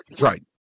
Right